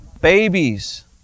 babies